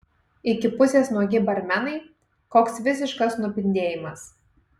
iki pusės nuogi barmenai koks visiškas nupindėjimas